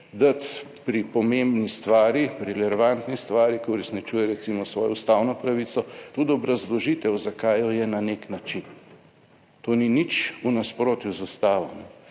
dati pri pomembni stvari, pri relevantni stvari, ki uresničuje recimo svojo ustavno pravico, tudi obrazložitev, zakaj jo je na nek način. To ni nič v nasprotju z Ustavo,